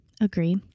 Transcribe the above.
Agree